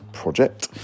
project